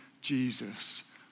Jesus